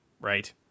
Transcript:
right